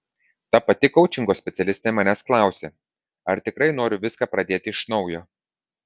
ta pati koučingo specialistė manęs klausė ar tikrai noriu viską pradėti iš naujo